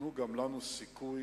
תנו גם לנו סיכוי,